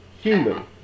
human